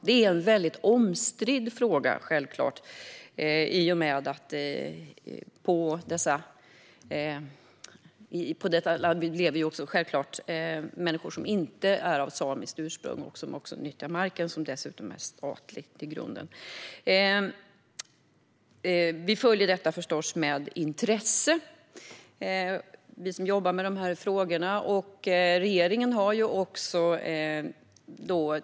Denna fråga är naturligtvis väldigt omstridd, eftersom det i detta område även lever människor som inte är av samiskt ursprung och som också nyttjar marken, som dessutom är statlig i grunden. Vi som jobbar med dessa frågor följer förstås detta med intresse.